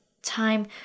time